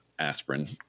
aspirin